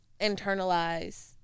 internalize